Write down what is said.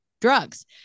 drugs